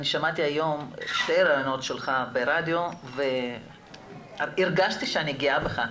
שמעתי היום שני ראיונות שלך ברדיו והרגשתי שאני גאה בך.